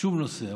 שום נושא.